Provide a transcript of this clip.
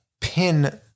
pin